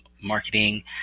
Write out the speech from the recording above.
marketing